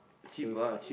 shoes